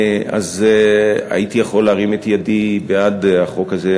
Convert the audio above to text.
אז הייתי יכול להרים את ידי בעד החוק הזה.